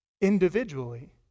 individually